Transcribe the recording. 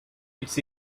its